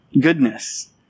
Goodness